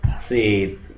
See